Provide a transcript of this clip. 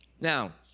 Now